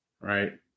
right